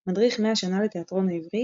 "מדריך 100 שנה לתיאטרון העברי",